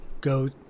go